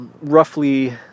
roughly